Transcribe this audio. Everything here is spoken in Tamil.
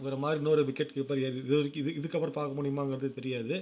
இவர மாதிரி இன்னொரு விக்கெட் கீப்பர் ஏது இது வரைக்கும் இது இதுக்கப்புறம் பார்க்க முடியுமாங்கிறது தெரியாது